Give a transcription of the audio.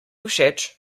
všeč